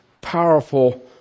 powerful